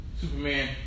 Superman